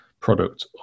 product